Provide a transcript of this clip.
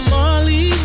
Molly